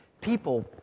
people